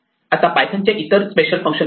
आता पायथनचे इतर ही स्पेशल फंक्शन्स आहेत